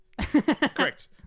correct